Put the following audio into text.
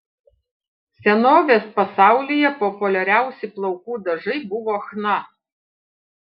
senovės pasaulyje populiariausi plaukų dažai buvo chna